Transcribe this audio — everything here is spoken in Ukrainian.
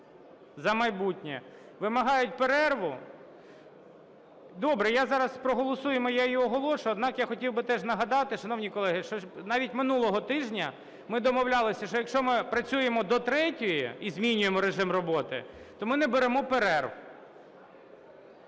"За майбутнє", вимагають перерву. Добре, зараз проголосуємо, я її оголошу. Однак я хотів би теж нагадати, шановні колеги, що навіть минулого тижня ми домовлялися, що, якщо ми працюємо до третьої і змінюємо режим роботи, то ми не беремо перерв.